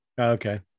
okay